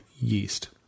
yeast